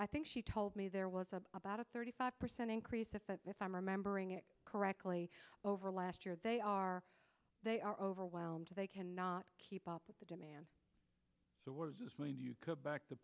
i think she told me there was about a thirty five percent increase if that if i'm remembering it correctly over last year they are they are overwhelmed they cannot keep up with the demand so words when you go back to